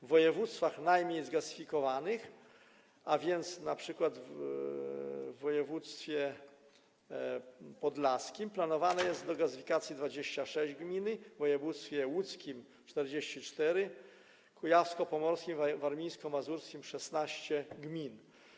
W województwach najmniej zgazyfikowanych, a więc np. w województwie podlaskim, planowanych jest do gazyfikacji 26 gmin, w województwie łódzkim - 44, w kujawsko-pomorskim i warmińsko-mazurskim - 16 gmin.